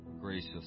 gracious